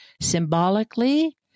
symbolically